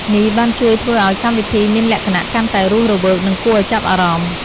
នេះបានជួយធ្វើឱ្យកម្មវិធីមានលក្ខណៈកាន់តែរស់រវើកនិងគួរឱ្យចាប់អារម្មណ៍។